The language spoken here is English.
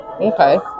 Okay